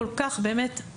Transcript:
באמת, יוליה,